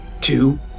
two